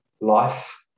life